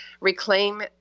Reclaim